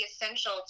essential